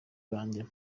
banjye